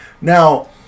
Now